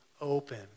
open